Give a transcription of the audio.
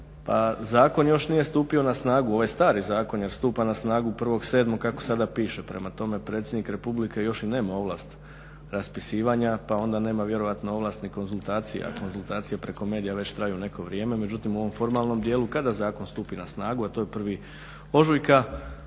pa zakon još nije stupio na snagu. Ovaj stari zakon stupa na snagu 1.7. kako sada piše. Prema tome, predsjednik Republike još i nema ovlast raspisivanja, pa onda nema vjerojatno ovlast ni konzultacija, a konzultacije preko medija već traju neko vrijeme. Međutim, u ovom formalnom dijelu kada zakon stupi na snagu a to je 1. ožujka